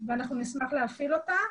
ואנחנו נשמח להפעיל אותה,